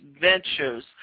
ventures